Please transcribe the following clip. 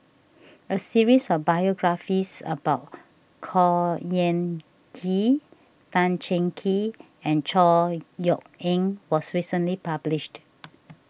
a series of biographies about Khor Ean Ghee Tan Cheng Kee and Chor Yeok Eng was recently published